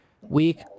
Week